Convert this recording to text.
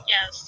Yes